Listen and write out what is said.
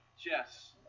Jess